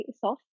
soft